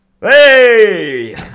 Hey